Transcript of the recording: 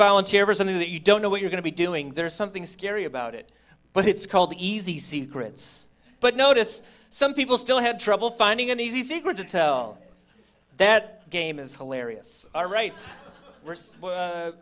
volunteer for something that you don't know what you're going to be doing there's something scary about it but it's called easy secrets but noticed some people still had trouble finding an easy going to tell that game is hilarious